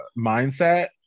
mindset